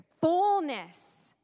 Fullness